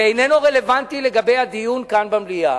ולא רלוונטי לגבי הדיון כאן במליאה.